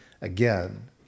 again